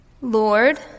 Lord